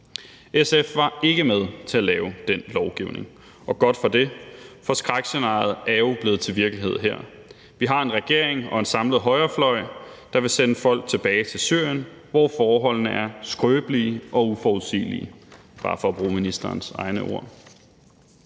SF var ikke med til at lave den lovgivning, og godt for det, for skrækscenariet er jo her blevet til virkelighed. Vi har en regering og en samlet højrefløj, der vil sende folk tilbage til Syrien, hvor forholdene er skrøbelige og uforudsigelige, bare for at bruge ministerens egne ord.